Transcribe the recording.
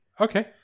okay